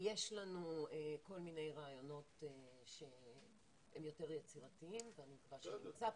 יש לנו כל מיני רעיונות שהם יותר יצירתיים ואני מקווה שנמצא פתרון.